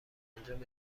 انجام